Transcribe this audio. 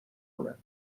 کنند